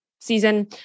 season